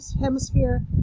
Hemisphere